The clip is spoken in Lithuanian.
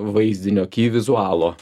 vaizdinio ky vizualo